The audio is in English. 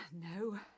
No